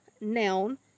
noun